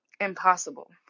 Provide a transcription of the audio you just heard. impossible